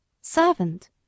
Servant